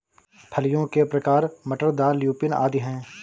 फलियों के प्रकार मटर, दाल, ल्यूपिन आदि हैं